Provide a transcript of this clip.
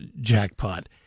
jackpot